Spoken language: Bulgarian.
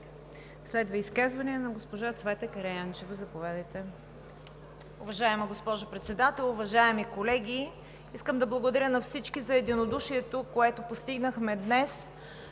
Следва изказване на госпожа Цвета Караянчева. Заповядайте.